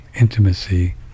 intimacy